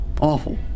Awful